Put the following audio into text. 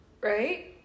right